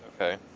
Okay